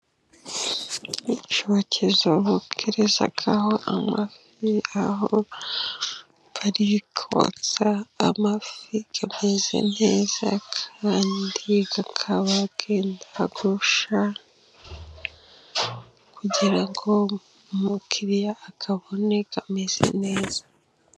Icyokezo bokerezaho amafi, aho bari kotsa amafi ameze neza kandi akaba yenda gushya kugira ngo umukiriya ayabone ameze neza.